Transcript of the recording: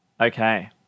Okay